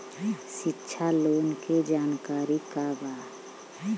शिक्षा लोन के जानकारी का बा?